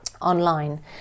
online